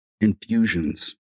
infusions